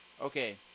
Okay